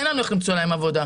אין לנו איך למצוא להם עבודה.